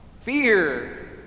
fear